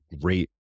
great